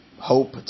hope